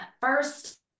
first